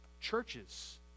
Churches